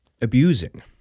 Abusing